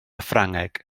ffrangeg